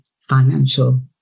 financial